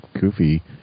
goofy